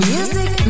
Music